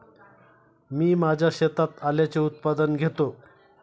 मी माझ्या शेतात आल्याचे उत्पादन घेतो